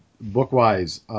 Book-wise